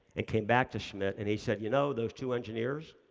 and came back to schmidt, and he said, you know, those two engineers,